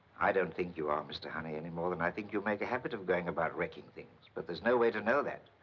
i don't think you are, mr. honey. any more than i think you make a habit of going about wrecking things. but there's no way to know that.